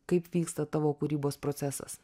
kaip vyksta tavo kūrybos procesas